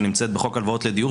שנמצאת בחוק הלוואות לדיור,